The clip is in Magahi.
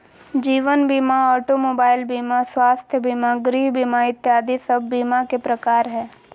जीवन बीमा, ऑटो मोबाइल बीमा, स्वास्थ्य बीमा, गृह बीमा इत्यादि सब बीमा के प्रकार हय